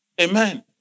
Amen